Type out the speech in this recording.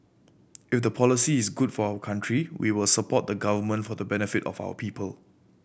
if the policy is good for our country we will support the Government for the benefit of our people